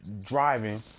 driving